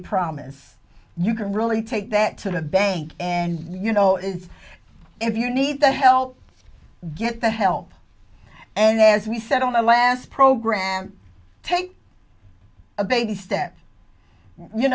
promise you can really take that to the bank and you know is if you need the help get the help and as we said on my last program take a baby step you